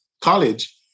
college